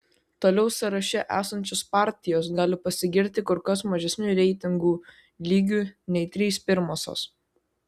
toliau sąraše esančios partijos gali pasigirti kur kas mažesniu reitingų lygiu nei trys pirmosios